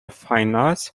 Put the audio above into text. finals